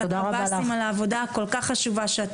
ולקב"סים על העבודה הכל כך חשובה שאתם עושים.